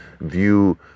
view